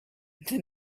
the